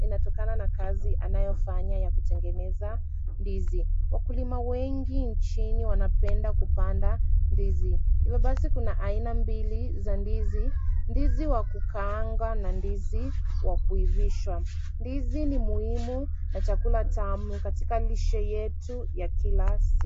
inatokana na kazi anayofanya ya kutengeneza ndizi. Wakulima wengi wanapenda kupanda ndizi. Hivyo basi, kuna aina mbili za ndizi. Ndizi wa kukaanga na ndizi wa kuivishwa. Ndizi ni muhimu na chakula tamu katika lishe yetu ya kila siku.